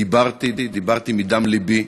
דיברתי, דיברתי מדם לבי.